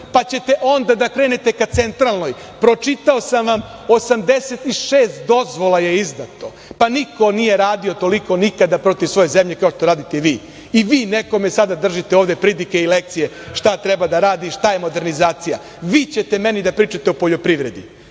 pa ćete onda da krenete ka centralnoj. Pročitao sam vam, 86 dozvola je izdato. Pa niko nije radio toliko nikada protiv svoje zemlje kao što radite vi. I vi nekome sada držite ovde pridike i lekcije šta treba da radi, šta je modernizacija. Vi ćete meni da pričate o poljoprivredi